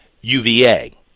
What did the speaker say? UVA